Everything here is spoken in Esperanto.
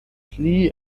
pli